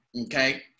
okay